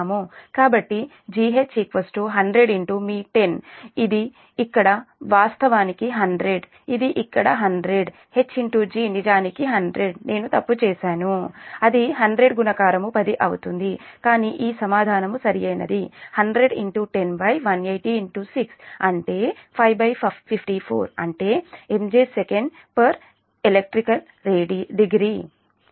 కాబట్టి G H 100 మీ 10 మీది ఇక్కడ వాస్తవానికి 100 ఇది ఇక్కడ 100 H G నిజానికి 100 నేను తప్పు చేశాను అది 100 గుణకారం 10 అవుతుంది కానీ ఈ సమాధానం సరైనది 1001018060 అంటే554అంటే MJ sec elect degree